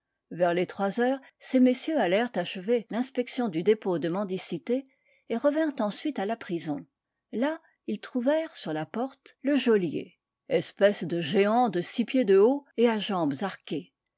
vers les trois heures ces messieurs allèrent achever l'inspection du dépôt de mendicité et revinrent ensuite à la prison là ils trouvèrent sur la porte le geôlier espèce de géant de six pieds de haut et à jambes arquées